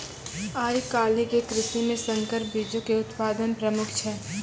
आइ काल्हि के कृषि मे संकर बीजो के उत्पादन प्रमुख छै